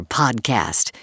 podcast